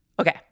Okay